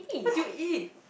what did you eat